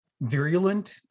virulent